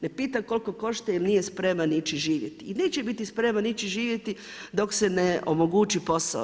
Ne pita koliko košta jer nije spreman ići živjeti i neće biti spreman ići živjeti dok se ne omogući posao.